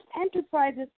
enterprises